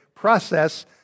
process